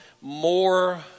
more